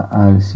al